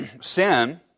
sin